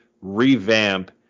revamp